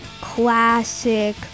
classic